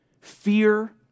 fear